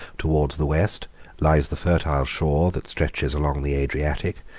towards the west lies the fertile shore that stretches along the adriatic,